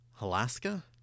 Alaska